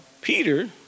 Peter